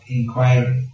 inquiry